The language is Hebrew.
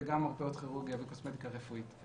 וגם מרפאות כירורגיה וקוסמטיקה רפואית.